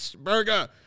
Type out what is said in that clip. burger